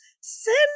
send